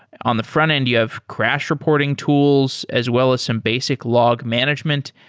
on the frontend, you have crash reporting tools as well as some basic log management.